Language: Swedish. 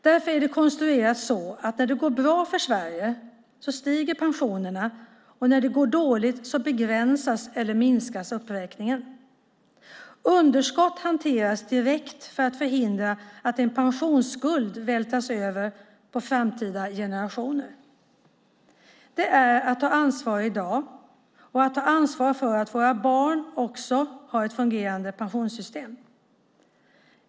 Därför är det konstruerat så att när det går bra för Sverige stiger pensionerna och när det går dåligt begränsas eller minskas uppräkningen. Underskott hanteras direkt för att förhindra att en pensionsskuld vältras över på framtida generationer. Det är att ta ansvar i dag och att ta ansvar för att våra barn också har ett fungerande pensionssystem.